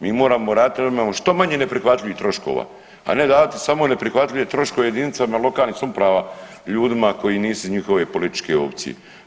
Mi moramo raditi da imamo što manje neprihvatljivih troškova, a ne davati samo neprihvatljive troškove jedinicama lokalnih samouprava ljudima koji nisu iz njihove političke opcije.